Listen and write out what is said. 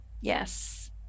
Yes